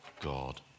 God